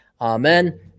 Amen